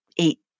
eight